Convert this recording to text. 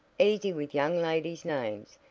easy with young ladies' names!